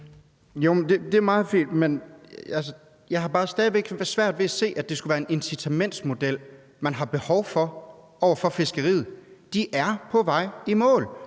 Det er meget fint, men jeg har bare stadig væk svært ved at se, at det skulle være en incitamentsmodel, man har behov for over for fiskeriet. De er på vej i mål.